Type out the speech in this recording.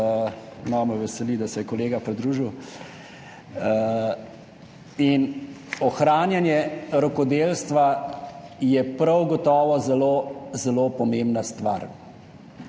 me veseli, da se je kolega pridružil, in ohranjanje rokodelstva je prav gotovo zelo pomembna stvar.